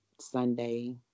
Sunday